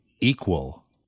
equal